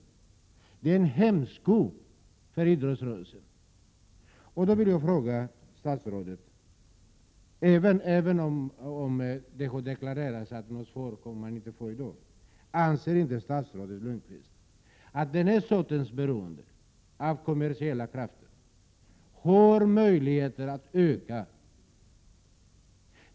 Detta är en hämsko på idrottsrörelsen. Jag vill fråga statsrådet, även om det har deklarerats att något svar inte kommer att lämnas i dag: Anser inte statsrådet Lönnqvist att beroendet av kommersiella krafter har möjlighet att öka?